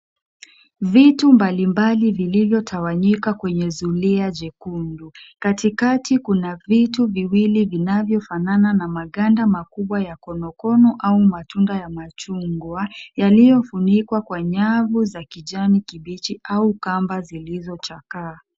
Vitu mbali mbali vilivyo tawanyika kwenye zulia jekundu. Kati kati kuna vitu viwili vinavyofanana na maganda makubwa ya konokono au matunda ya machungwa, yaliyofunikwa kwa nyavu za kijani kibichi au kamba zilizochakaa.